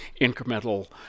incremental